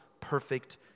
perfect